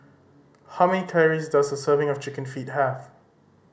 how many calories does a serving of Chicken Feet have